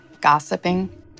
gossiping